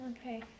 Okay